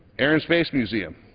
air and space museum.